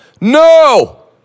No